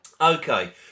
Okay